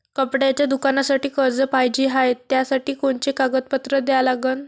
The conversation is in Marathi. कपड्याच्या दुकानासाठी कर्ज पाहिजे हाय, त्यासाठी कोनचे कागदपत्र द्या लागन?